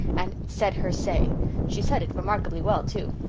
and said her say she said it remarkably well, too.